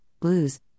Blues